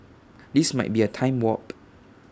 this might be A time warp